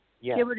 yes